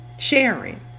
sharing